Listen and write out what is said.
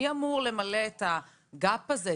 מי אמור למלא את הפער הזה,